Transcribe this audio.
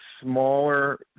smaller –